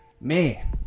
man